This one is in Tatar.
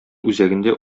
үзәгендә